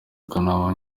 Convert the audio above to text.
akanama